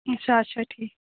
اَچھا اَچھا ٹھیٖک